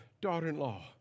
daughter-in-law